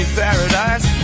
paradise